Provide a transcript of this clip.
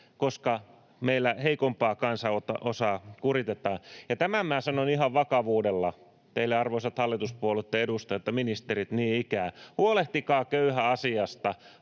koska meillä heikompaa kansanosaa kuritetaan. Tämän minä sanon ihan vakavuudella teille, arvoisat hallituspuolueitten edustajat ja ministerit niin ikään: huolehtikaa köyhän asiasta,